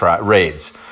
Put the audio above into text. raids